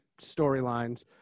storylines